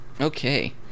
Okay